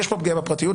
יש פה פגיעה בפרטיות.